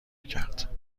کرد